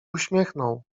uśmiechnął